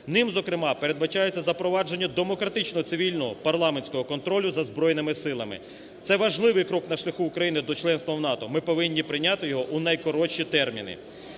Ним, зокрема, передбачається запровадження демократичного цивільного парламентського контролю за Збройними Силами. Це важливий крок на шляху України до членства в НАТО, ми повинні прийняти його у найкоротші терміни.